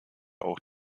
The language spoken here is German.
auch